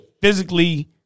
physically